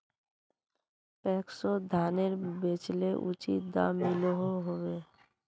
पैक्सोत धानेर बेचले उचित दाम मिलोहो होबे?